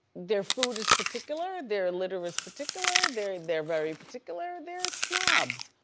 their food is particular. their litter is particular. they're they're very particular, they're snobs.